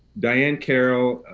diahann carroll,